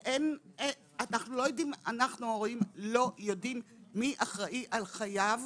אנחנו ההורים לא יודעים מי אחראי על חייהם